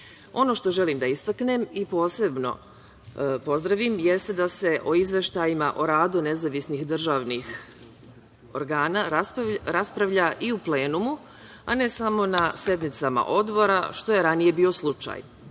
što želim da istaknem i posebno pozdravim jeste da se o izveštajima o radu nezavisnih državnih organa raspravlja i u plenumu, a ne samo na sednicama odbora, što je ranije bio slučaj.